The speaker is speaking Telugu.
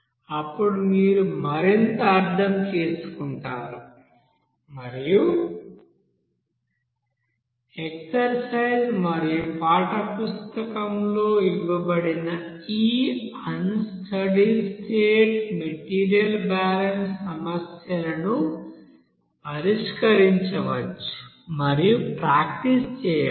అప్పుడు మీరు మరింత అర్థం చేసుకుంటారు మరియు ఎక్ససిర్సిజ్ మరియు పాఠ్యపుస్తకంలో ఇవ్వబడిన ఈ unsteady state material balance సమస్యలను పరిష్కరించవచ్చు మరియు ప్రాక్టీస్ చేయవచ్చు